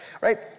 right